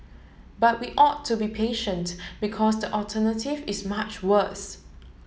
but we ought to be patient because the alternative is much worse